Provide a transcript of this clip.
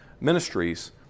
ministries